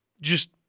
Just-